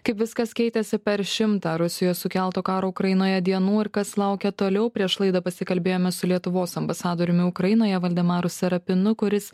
kaip viskas keitėsi per šimtą rusijos sukelto karo ukrainoje dienų ir kas laukia toliau prieš laidą pasikalbėjome su lietuvos ambasadoriumi ukrainoje valdemaru sarapinu kuris